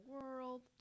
world